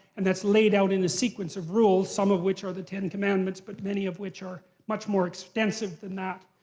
and that's laid out in a sequence of rules, some of which are the ten commandments, but many of which are much more extensive than that.